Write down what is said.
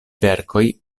verkoj